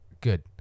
good